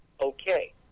okay